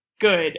good